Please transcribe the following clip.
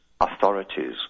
authorities